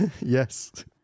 yes